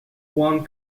one